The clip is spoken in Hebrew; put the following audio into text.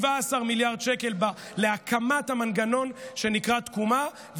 17 מיליארד שקל להקמת המנגנון שנקרא תקומה,